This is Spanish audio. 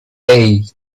hey